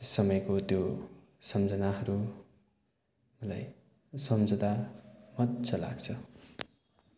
त्यस समयको त्यो सम्झनाहरू मलाई सम्झिँदा मजा लाग्छ